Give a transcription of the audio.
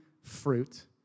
fruit